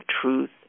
truth